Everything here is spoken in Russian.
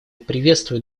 приветствует